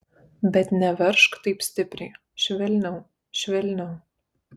bet neveržk taip stipriai švelniau švelniau